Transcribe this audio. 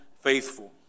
faithful